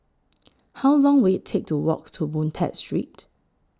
How Long Will IT Take to Walk to Boon Tat Street